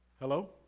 Hello